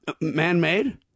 man-made